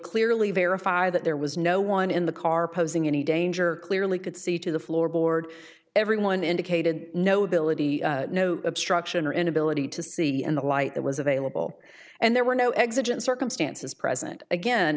clearly verify that there was no one in the car posing any danger clearly could see to the floorboard everyone indicated no billet no obstruction or inability to see in the light that was available and there were no exit in circumstances present again